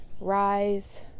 rise